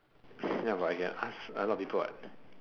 ya but I can ask a lot of people what